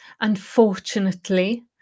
unfortunately